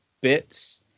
bits